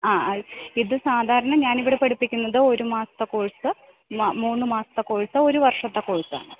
ആ ഇത് സാധാരണ ഞാൻ ഇവിടെ പഠിപ്പിക്കുന്നത് ഒരു മാസത്തെ കോഴ്സ് മൂന്ന് മാസത്തെ കോഴ്സ് ഒരു വർഷത്തെ കോഴ്സാണ്